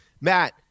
Matt